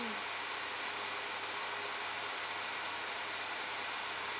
mm